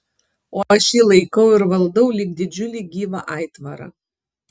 o aš jį laikau ir valdau lyg didžiulį gyvą aitvarą